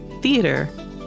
theater